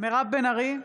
מירב בן ארי,